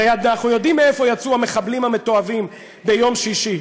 הרי אנחנו יודעים מאיפה יצאו המחבלים המתועבים ביום שישי.